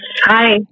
hi